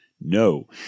no